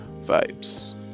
Vibes